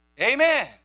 Amen